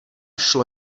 šlo